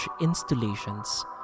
installations